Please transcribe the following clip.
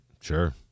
Sure